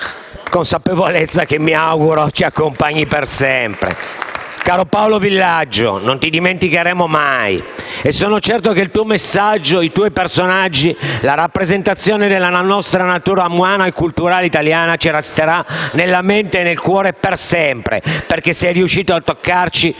Consapevolezza che mi auguro ci accompagni per sempre. *((Applausi dal Gruppo M5S)*. Caro Paolo Villaggio, non ti dimenticheremo mai. Sono certo che il tuo messaggio, i tuoi personaggi, la rappresentazione della natura umana e culturale italiana ci resteranno nella mente e nel cuore per sempre, perché sei riuscito a toccarci nel